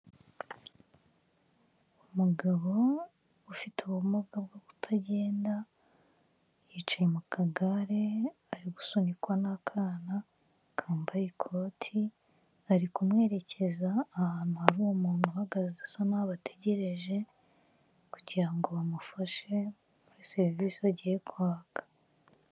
Umugabo ufite ubumuga bwo kutagenda yicaye mu kagare ari gusunikwa n'akana kambaye ikoti, ari kumwerekeza ahantu hari umuntu uhagaze asa naho abategereje kugira ngo bamufashe muri serivisi agiye kwaka.